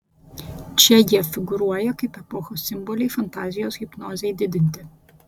čia jie figūruoja kaip epochos simboliai fantazijos hipnozei didinti